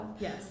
Yes